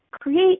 create